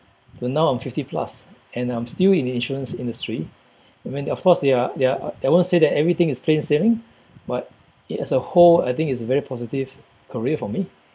to now I'm fifty plus and I'm still in the insurance industry I mean of course there are there are I won't say that everything is plain sailing but it as a whole I think it's a very positive career for me